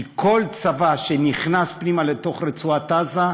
כי כל צבא שנכנס פנימה לתוך רצועת-עזה,